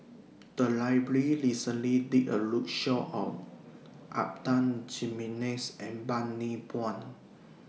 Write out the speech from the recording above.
The Library recently did A roadshow on Adan Jimenez and Bani Buang